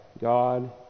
God